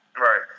Right